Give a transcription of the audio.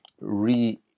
re